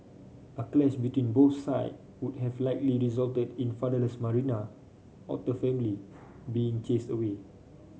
a clash between both side would have likely resulted in the fatherless Marina otter family being chased away